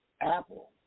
apple